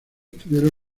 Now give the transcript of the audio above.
tuvieron